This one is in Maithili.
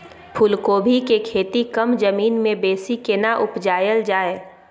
फूलकोबी के खेती कम जमीन मे बेसी केना उपजायल जाय?